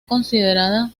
considerada